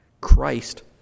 Christ